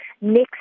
next